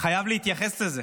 חייב להתייחס לזה,